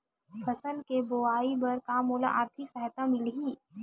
फसल के बोआई बर का मोला आर्थिक सहायता मिलही?